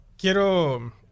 quiero